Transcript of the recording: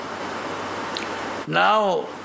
Now